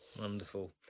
Wonderful